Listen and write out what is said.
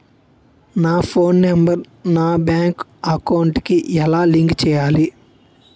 నా phone number నా bank account కి ఎలా లింక్ చేయాలి?